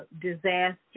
disaster